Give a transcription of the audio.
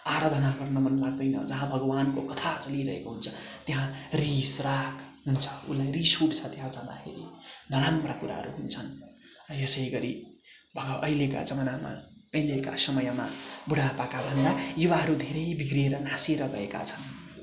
आराधना गर्न मन लाग्दैन जहाँ भगवान्को कथा चलिरहेको हुन्छ त्यहाँ रिस राग हुन्छ उसलाई रिस उठ्छ त्यहाँ जाँदाखेरि नराम्रा कुराहरू हुन्छन् र यसैगरी भग अहिलेका जमानामा अहिलेका समयमा बुढापाकाभन्दा युवाहरू धेरै बिग्रिएर नासिएर गएका छन्